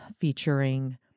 featuring